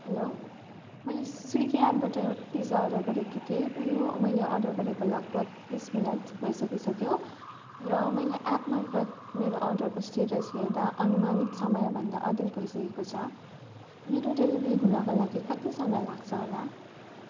hello मैले स्विगी एप्पबाट pizza order गरेकी थिएँ र यो मैले अर्डर गरेको लगभग बिस मिनेट भइ सकिसक्यो र मैले एप्प मार्फत मेरो अर्डरको स्टेटस हेर्दा अनुमानित समयभन्दा अधिक भइसकेको छ मेरो डेलिभरी हुनको लागि कति समय लाग्छ होला